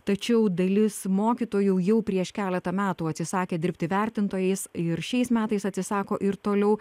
tačiau dalis mokytojų jau prieš keletą metų atsisakė dirbti vertintojais ir šiais metais atsisako ir toliau